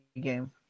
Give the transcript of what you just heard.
game